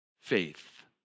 faith